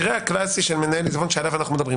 של מנהל עיזבון שעליו אנחנו מדברים.